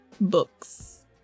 Books